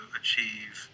achieve